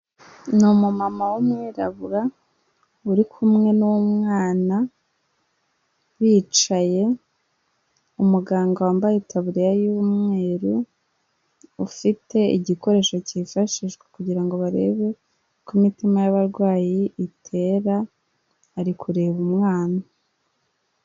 Ni umumama w'umwirabura uri kumwe n'umwana bicaye, umuganga wambaye itaburiya y'umweru ufite igikoresho cyifashishwa kugirango barebe ko imitima y'abarwayi itera ari kureba umwana.